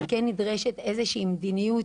וכן נדרשת איזושהי מדיניות,